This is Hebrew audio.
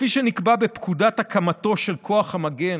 כפי שנקבע בפקודת הקמתו של כוח המגן,